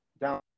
down